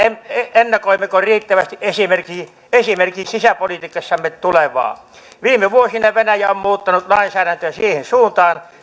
ennakoimmeko riittävästi esimerkiksi esimerkiksi sisäpolitiikassamme tulevaa viime vuosina venäjä on muuttanut lainsäädäntöään siihen suuntaan